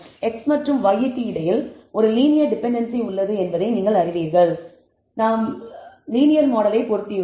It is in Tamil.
X மற்றும் y க்கு இடையில் ஒரு லீனியர் டிபெண்டென்சி உள்ளது என்பதை நீங்கள் அறிவீர்கள் என்று கருதி நாம் லீனியர் மாடலைப் பொருத்தியுள்ளோம்